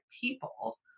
people